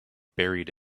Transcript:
buried